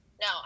no